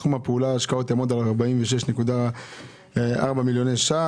תחום הפעולה להשקעות יעמוד על 46.4 מיליוני ש"ח.